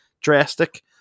drastic